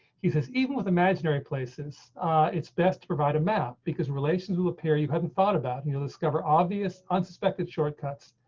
he says, even with imaginary places it's best to provide a map because relations will appear. you haven't thought about and you'll discover obvious unsuspected shortcuts.